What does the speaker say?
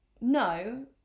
no